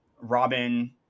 Robin